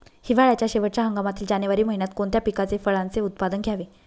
हिवाळ्याच्या शेवटच्या हंगामातील जानेवारी महिन्यात कोणत्या पिकाचे, फळांचे उत्पादन घ्यावे?